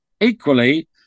Equally